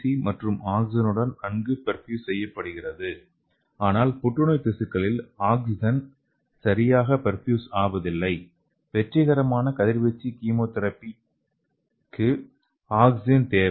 C மற்றும் ஆக்ஸிஜனுடன் நன்கு பெர்பியூஸ் செய்யப்படுகிறது ஆனால் புற்றுநோய் திசுக்களில் ஆக்சிஜன் சரியாக பெர்பியூஸ் ஆவதில்லை வெற்றிகரமான கதிர்வீச்சு கீமோதெரபிக்கு ஆக்ஸிஜன் தேவை